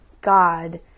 God